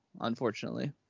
unfortunately